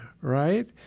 Right